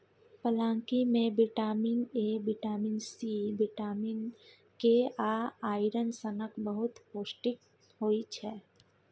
पलांकी मे vitamin A, vitamin C, vitamin K आ आइरन सनक बहुत पौष्टिक होइ छै